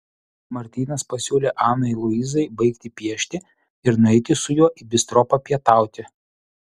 martynas pasiūlė anai luizai baigti piešti ir nueiti su juo į bistro papietauti